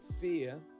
fear